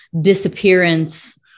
disappearance